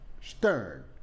Stern